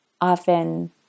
often